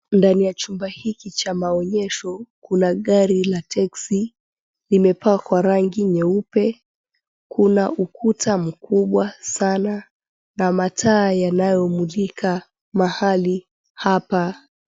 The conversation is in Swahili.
Ndani ya chumba hiki cha maonyesho, kuna gari la texi limepakwa rangi nyeupe. Kuna ukuta mkubwa sana na mataa yanayomulika mahali hapa.